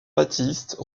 baptiste